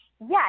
yes